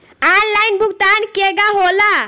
Online भुगतान केगा होला?